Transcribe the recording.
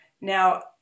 Now